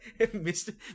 mr